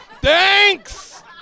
thanks